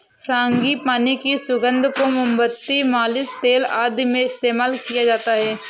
frangipani की सुगंध को मोमबत्ती, मालिश तेल आदि में इस्तेमाल किया जाता है